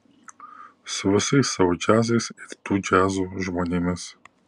su visais savo džiazais ir tų džiazų žmonėmis